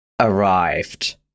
arrived